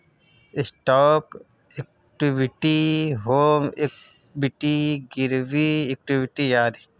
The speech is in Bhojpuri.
स्टौक इक्वीटी, होम इक्वीटी, गिरवी इक्वीटी आदि